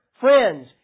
Friends